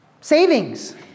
savings